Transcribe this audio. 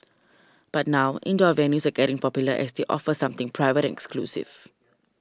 but now indoor avenues are getting popular as they offer something private and exclusive